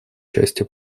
частью